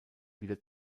wieder